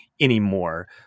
anymore